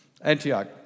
Antioch